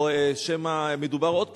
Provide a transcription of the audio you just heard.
או שמא מדובר עוד פעם,